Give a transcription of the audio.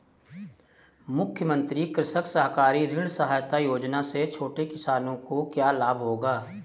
मुख्यमंत्री कृषक सहकारी ऋण सहायता योजना से छोटे किसानों को क्या लाभ होगा?